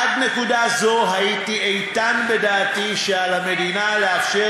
עד נקודה זו הייתי איתן בדעתי שעל המדינה לאפשר